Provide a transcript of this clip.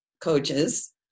coaches